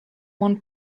one